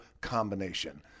combination